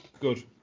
good